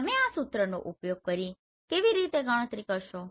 તમે આ સૂત્રોનો ઉપયોગ કરીને કેવી રીતે ગણતરી કરશો